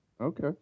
Okay